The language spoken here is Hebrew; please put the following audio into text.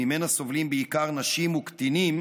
שממנה סובלים בעיקר נשים וקטינים,